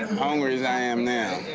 hungry as i am now